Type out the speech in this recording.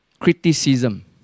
criticism